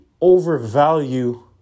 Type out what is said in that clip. overvalue